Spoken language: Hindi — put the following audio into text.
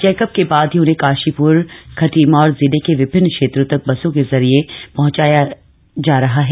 चेकअप के बाद ही उन्हें काशीप्र खटीमा और जिले के विभिन्न क्षेत्रों तक बसों के जरिए पहंचाया जा रहा है